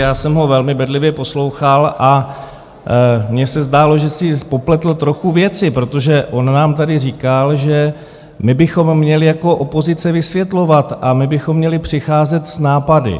Já jsem ho velmi bedlivě poslouchal a mně se zdálo, že si popletl trochu věci, protože on nám tady říkal, že my bychom měli jako opozice vysvětlovat a my bychom měli přicházet s nápady.